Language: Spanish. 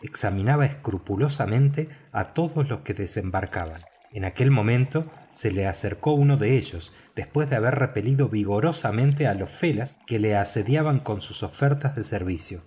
examinaba escrupulosamente a todos los que desembarcaban en aquel momento se le acercó uno de ellos después de haber repelido vigorosamente a los fellahs que lo asediaban con sus ofertas de servicio